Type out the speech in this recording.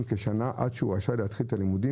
כשנה עד שהוא רשאי להתחיל את הלימודים,